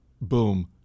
boom